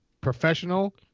professional